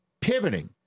pivoting